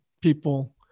people –